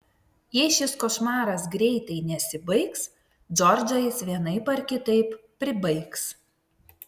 jei šis košmaras greitai nesibaigs džordžą jis vienaip ar kitaip pribaigs